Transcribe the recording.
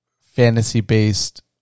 fantasy-based